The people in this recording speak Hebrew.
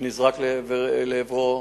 שנזרק לעברו,